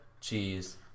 cheese